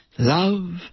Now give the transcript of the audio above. Love